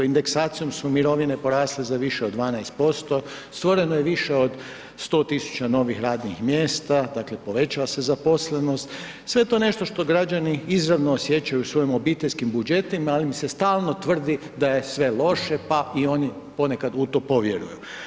Indeksacijom su mirovine porasle za više od 12%, stvoreno je više od 100 tisuća novih radnih mjesta, dakle povećala se zaposlenost, sve je to nešto što građani izravno osjećaju u svojim obiteljskim budžetima ali im se stalno tvrdi da je sve loše pa i oni ponekad u to povjeruju.